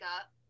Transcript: up